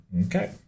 Okay